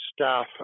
staff